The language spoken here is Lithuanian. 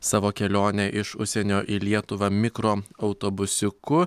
savo kelionę iš užsienio į lietuvą mikroautobusiuku